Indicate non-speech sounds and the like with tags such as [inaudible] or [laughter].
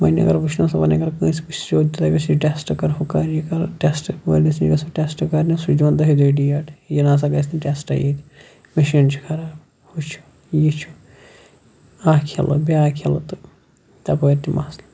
وَنۍ اَگَر وُچھنَس [unintelligible] دَپیٚس یہِ ٹیٚسٹ کَر ہہُ کر یہِ کر ٹیسٹ وٲلِس نِش گَژھان ٹیٚسٹ کَرنہٕ سُہ چھُ دِوان دَہہِ دُہۍ ڈیٹ یہِ نَسا گَژھِ نہٕ ٹیٚسٹے ییٚتہِ مِشیٖن چھِ خَراب ہُہ چھُ یہِ چھُ اکھ ہِلہٕ بیاکھ ہِلہٕ تہٕ تَپٲرۍ تہِ مَسلہٕ